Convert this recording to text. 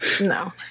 No